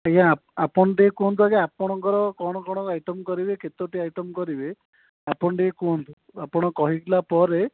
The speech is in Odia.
ଆଜ୍ଞା ଆପଣ ଟିକିଏ କୁହନ୍ତୁ ଆଜ୍ଞା ଆପଣଙ୍କର କ'ଣ କ'ଣ ଆଇଟମ୍ କରିବେ କେତୋଟି ଆଇଟମ୍ କରିବେ ଆପଣ ଟିକିଏ କୁହନ୍ତୁ ଆପଣ କହିଲା ପରେ